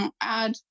add